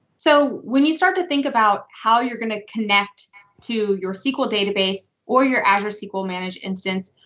so when you start to think about how you're going to connect to your sql database or your azure sql managed instance,